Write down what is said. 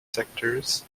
sectors